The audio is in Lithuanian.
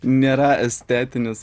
nėra estetinis